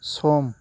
सम